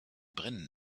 brennen